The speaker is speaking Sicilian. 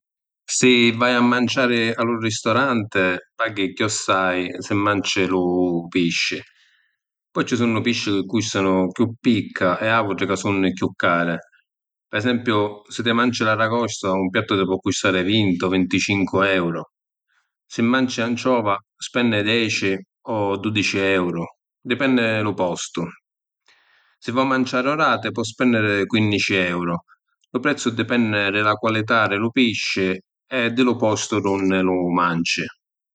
Si vai a manciàri nta lu ristoranti paghi cchiòssai si’ manci lu pisci. Poi ci sunnu pisci chi custanu chiù picca e autri ca sunnu chiù cari. Pi esempiu, si’ ti manci l’aragosta un piattu ti po’ custari vinti o vinticincu euru. Si manci anciova spenni deci o dudici euru, dipenni lu postu. Si’ vo’ manciàri orati po’ spenniri quinnici euru. Lu prezzu dipenni di la qualità di lu pisci e di lu postu d’unni lu manci.